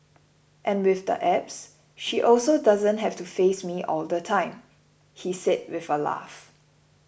and with the apps she also doesn't have to face me all the time he said with a laugh